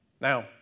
Now